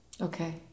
Okay